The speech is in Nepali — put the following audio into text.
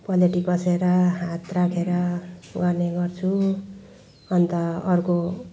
पलेँटी कसेर हात राखेर गर्ने गर्छु अन्त अर्को